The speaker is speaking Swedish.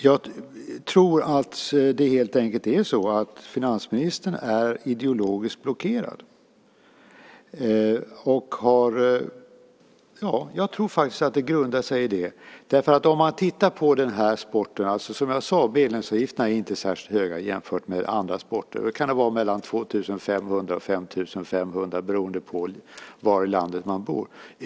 Jag tror att det helt enkelt är så att finansministern är ideologiskt blockerad. Jag tror att det grundar sig i det. Om man tittar på den här sporten är, som jag sade, medlemsavgifterna inte särskilt höga jämfört med andra sporter. Det kan vara mellan 2 500 och 5 500 kr beroende på var i landet man bor.